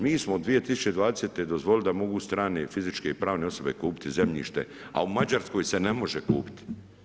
Mi smo 2020. dozvolili da mogu strane, fizičke i pravne osobe kupiti zemljište, a u Mađarskoj se ne može kupiti.